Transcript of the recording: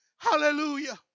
Hallelujah